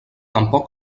tampoc